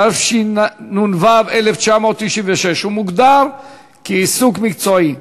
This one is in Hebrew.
התשנ"ו 1996, ומוגדר "עיסוק מקצועי,